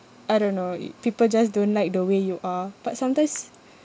I don't know i~ people just don't like the way you are but sometimes